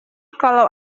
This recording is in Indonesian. kalau